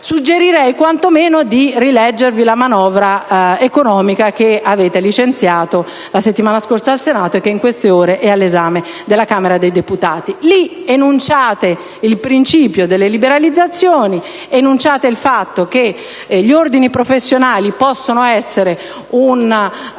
suggerirei quanto meno di rileggere la manovra economica che hanno licenziato la settimana scorsa al Senato e che in queste ore è all'esame della Camera dei deputati. Lì enunciate il principio delle liberalizzazioni, sottolineate che gli ordini professionali possono essere